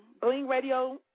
blingradio